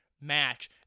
match